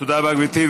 תודה רבה, גברתי.